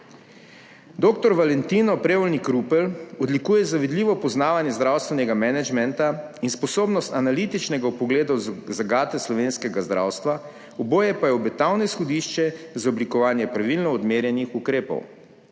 Dr. Valentino Prevolnik Rupel odlikuje zavidljivo poznavanje zdravstvenega menedžmenta in sposobnost analitičnega vpogleda v zagate slovenskega zdravstva, oboje pa je obetavno izhodišče za oblikovanje pravilno odmerjenih ukrepov.